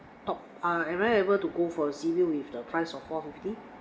top uh am I able to go for the sea view with the price of four fifty